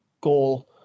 goal